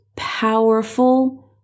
powerful